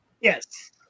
Yes